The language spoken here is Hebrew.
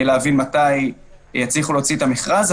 להבין מתי יצליחו להוציא את המכרז.